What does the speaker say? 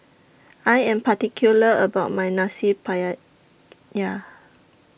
I Am particular about My Nasi